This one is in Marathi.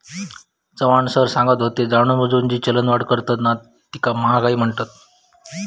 चव्हाण सर सांगत होते, जाणूनबुजून जी चलनवाढ करतत ना तीका महागाई म्हणतत